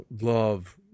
love